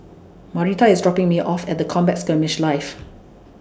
Marita IS dropping Me off At The Combat Skirmish Live